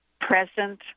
present